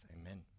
amen